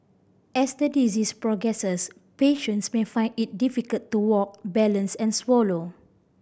as the disease progresses patients may find it difficult to walk balance and swallow